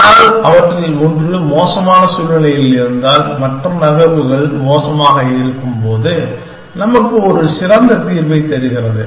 ஆனால் அவற்றில் ஒன்று மோசமான சூழ்நிலையில் இருந்தால் மற்ற நகர்வுகள் மோசமாக இருக்கும்போது நமக்கு ஒரு சிறந்த தீர்வைத் தருகிறது